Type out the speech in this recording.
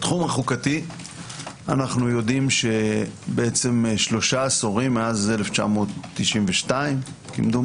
בתחום החוקתי אנו יודעים שבעצם שלושה עשורים מאז 1992 כמדומני,